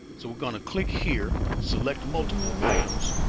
so we're gonna click here, select multiple items,